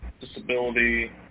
disability